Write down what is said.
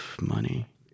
money